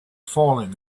falling